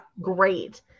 great